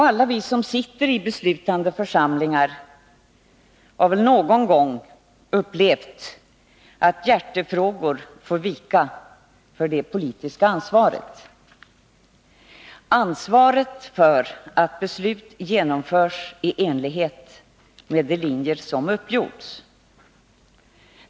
Alla vi som sitter i beslutande församlingar har väl någon gång upplevt att hjärtefrågor ibland får vika för det politiska ansvaret — ansvaret för att beslut genomförs i enlighet med de riktlinjer som uppdragits.